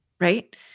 Right